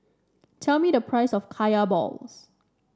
tell me the price of Kaya Balls